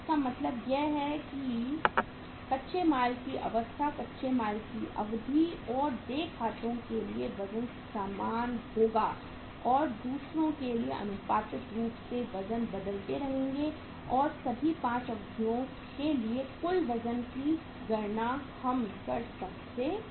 तो इसका मतलब है कि कच्चे माल की अवस्था कच्चे माल की अवधि और देय खातों के लिए वजन समान होगा और दूसरों के लिए आनुपातिक रूप से वज़न बदलते रहेंगे और सभी 5 अवधि के लिए कुल वजन की गणना हम कर सकते हैं